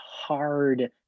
hard